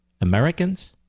Americans